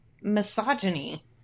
misogyny